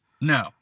No